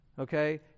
Okay